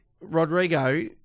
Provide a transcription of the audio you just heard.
Rodrigo